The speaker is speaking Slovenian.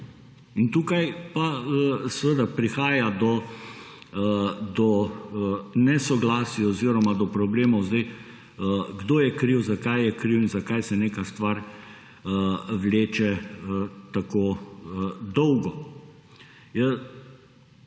Tukaj pa seveda prihaja do nesoglasij oziroma do problemov: kdo je kriv, zakaj je kriv in zakaj se neka stvar vleče tako dolgo.